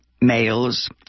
males